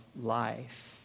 life